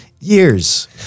years